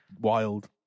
Wild